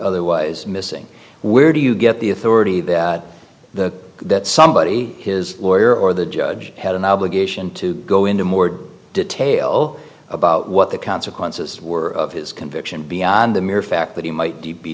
otherwise missing where do you get the authority that the that somebody his lawyer or the judge had an obligation to go into more detail about what the consequences were of his conviction beyond the mere fact that he might be